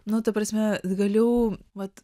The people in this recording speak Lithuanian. nu ta prasme galiu vat